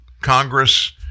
Congress